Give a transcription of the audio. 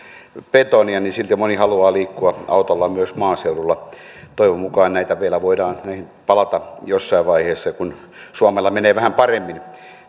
betonia niin silti moni haluaa liikkua autolla myös maaseudulla toivon mukaan näihin verotusasioihinkin vielä voidaan palata jossain vaiheessa kun suomella menee vähän paremmin